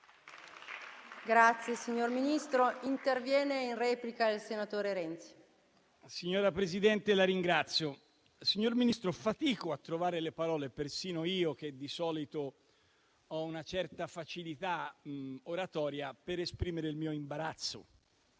Signora Presidente, la ringrazio. Signor Ministro, fatico a trovare le parole - persino io, che di solito ho una certa facilità oratoria - per esprimere il mio imbarazzo